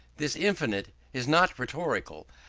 this infinite is not rhetorical,